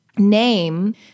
name